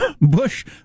Bush